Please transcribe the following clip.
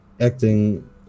acting